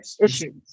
issues